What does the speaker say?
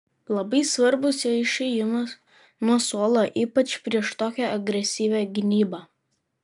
labai svarbus jo išėjimas nuo suolo ypač prieš tokią agresyvią gynybą